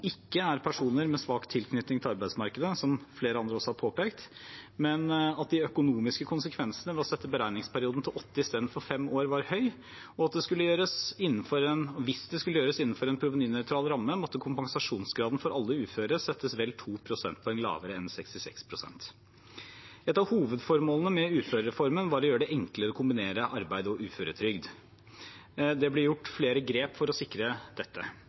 ikke er personer med svak tilknytning til arbeidsmarkedet, som flere andre også har påpekt, at de økonomiske konsekvensene ved å sette beregningsperioden til åtte år i stedet for fem år var høy, og at hvis det skulle gjøres innenfor en provenynøytral ramme, måtte kompensasjonsgraden for alle uføre settes vel 2 prosentpoeng lavere enn 66 pst. Et av hovedformålene med uførereformen var å gjøre det enklere å kombinere arbeid og uføretrygd. Det ble gjort flere grep for å sikre dette.